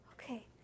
Okay